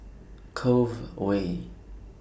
Cove Way